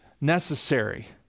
necessary